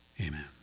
Amen